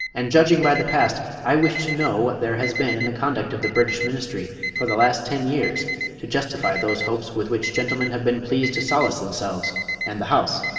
and judging by the past, i wish to know what there has been in the conduct of the british ministry for the last ten years to justify those hopes with which gentlemen have been pleased to solace themselves and the house?